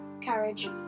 carriage